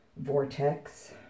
vortex